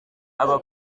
aba